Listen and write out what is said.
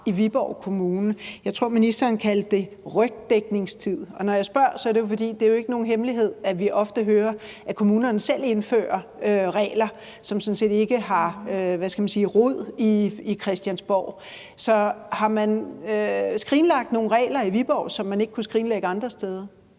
i Viborg Kommune; jeg tror, ministeren kaldte det rygdækningstid. Når jeg spørger, er det, og det er jo ikke nogen hemmelighed, fordi vi ofte hører, at kommunerne selv indfører regler, som sådan set ikke har rod i Christiansborg. Så har man skrinlagt nogle regler i Viborg, som man ikke kunne skrinlægge andre steder?